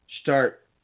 start